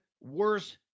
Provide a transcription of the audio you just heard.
worse